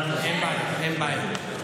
אין בעיה, אין בעיה, אין בעיה.